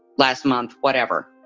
last month, whatever,